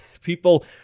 people